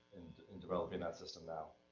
in developing that system now.